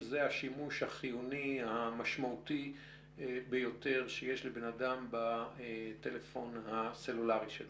זה השימוש החיוני המשמעותי ביותר שיש לבן אדם בטלפון הסלולרי שלו.